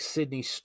Sydney